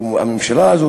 או הממשלה הזאת,